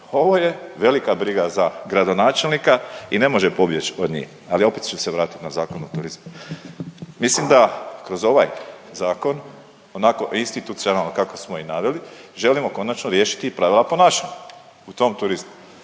Ovo je velika briga za gradonačelnika i ne može pobjeći od nje, ali opet će se vratit na Zakon o turizmu. Mislim da kroz ovaj Zakon onako institucionalno kako smo i naveli, želimo konačno riješiti i pravila ponašanja u tom turizmu.